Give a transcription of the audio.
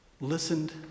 listened